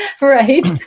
Right